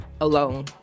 alone